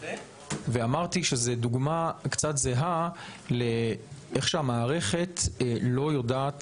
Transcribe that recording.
ואמרתי שזאת דוגמה קצת זהה לכך שהמערכת לא יודעת